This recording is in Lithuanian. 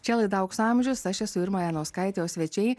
čia laida aukso amžius aš esu irma janauskaitė o svečiai